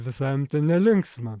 visai nelinksma